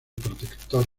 protector